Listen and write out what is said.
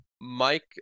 Mike